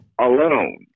alone